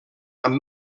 amb